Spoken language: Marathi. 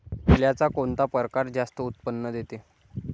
सोल्याचा कोनता परकार जास्त उत्पन्न देते?